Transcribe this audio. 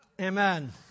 Amen